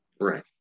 Right